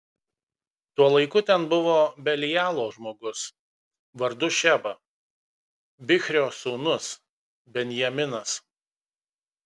tuo laiku ten buvo belialo žmogus vardu šeba bichrio sūnus benjaminas